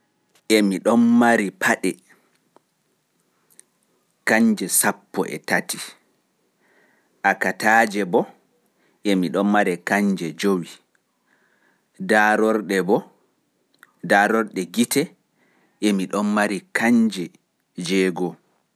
Emi mari paɗe kanje sappo e tati, akataaje kanje jowi, darorɗe gite kanje jowego(six).